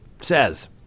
says